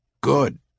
Good